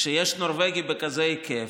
כשיש נורבגי בכזה היקף,